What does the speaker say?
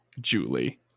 Julie